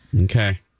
Okay